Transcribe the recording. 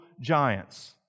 giants